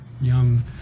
young